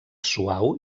suau